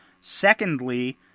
Secondly